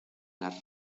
las